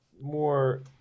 more